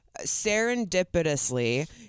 serendipitously